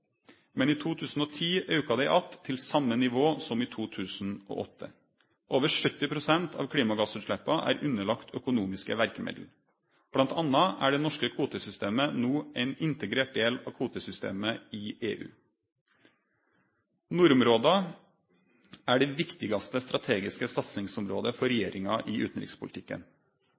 Men i 2010 auka dei att til same nivå som i 2008. Over 70 pst. av klimagassutsleppa er underlagde økonomiske verkemiddel. Blant anna er det norske kvotesystemet no ein integrert del av kvotesystemet i EU. Nordområda er det viktigaste strategiske satsingsområdet for regjeringa i utanrikspolitikken.